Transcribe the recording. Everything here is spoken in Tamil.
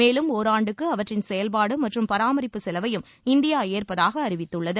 மேலும் ஒராண்டுக்கு அவற்றின் செயல்பாடு மற்றும் பராமிப்பு செலவையும் இந்தியா ஏற்பதாக அறிவித்துள்ளது